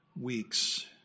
weeks